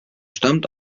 stammt